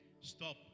Stop